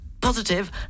positive